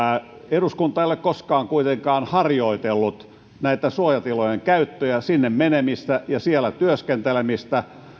eduskunta ei ole koskaan kuitenkaan harjoitellut näiden suojatilojen käyttöä sinne menemistä ja siellä työskentelemistä